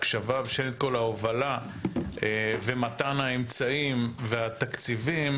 ההקשבה וההובלה ומתן האמצעים והתקציבים,